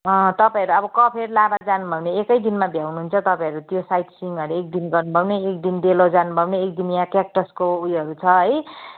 अँ तपाईँहरू अब कफेर लाभाहरू जानुभयो भने एकै दिनमा भ्याउनु हुन्छ तपाईँहरू त्यो साइड सिनहरू एक दिन गर्नुभयो भने एक दिन डेलो जानुभयो भने एक दिन यहाँ क्याक्टसको उयोहरू छ है